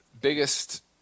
biggest